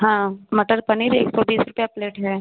हाँ मटर पनीर एक सौ बीस रुपया प्लेट है